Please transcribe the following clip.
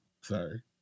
sorry